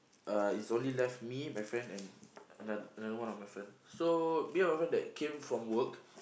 uh is only left me my friend and ano~ another one of my friend so me and my friend that came from work